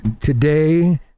today